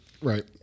Right